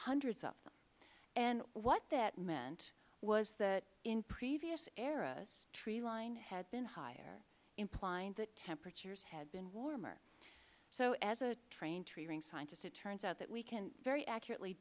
hundreds of them and what that meant was that in previous eras tree line had been higher implying that temperatures had been warmer so as a trained tree ring scientist it turns out that we can very accurately